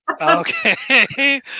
Okay